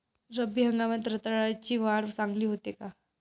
रब्बी हंगामात रताळ्याची वाढ चांगली होते का?